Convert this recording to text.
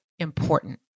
important